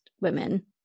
women